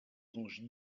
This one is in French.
range